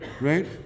right